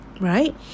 right